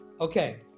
okay